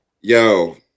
yo